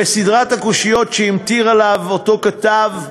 וסדרת הקושיות שהמטיר עליו אותו כתב,